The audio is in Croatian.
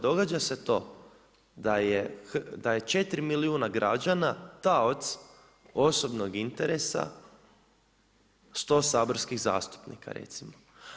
Događa se to da je 4 milijuna građana, taoc osobnog interesa 100 saborskih zastupnika, recimo.